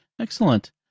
Excellent